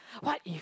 what if